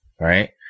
Right